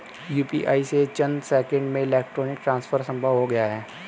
UPI से चंद seconds में इलेक्ट्रॉनिक ट्रांसफर संभव हो गया है